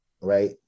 right